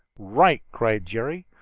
right! cried jerry.